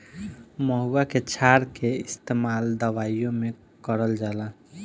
महुवा के क्षार के इस्तेमाल दवाईओ मे करल जाला